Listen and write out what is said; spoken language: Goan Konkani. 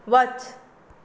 वच